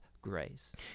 grace